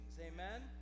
Amen